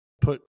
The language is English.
put